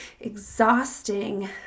exhausting